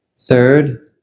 Third